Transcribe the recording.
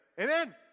amen